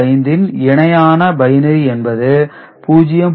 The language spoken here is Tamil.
625 இன் இணையான பைனரி என்பது 0